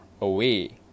away